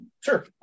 Sure